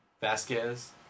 Vasquez